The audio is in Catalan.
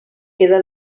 queda